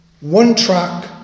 one-track